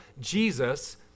Jesus